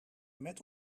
met